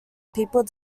people